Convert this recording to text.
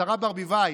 השרה ברביבאי.